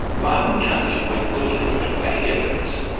martin cunningham went looking for dramatic evidence.